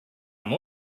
come